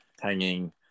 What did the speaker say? hanging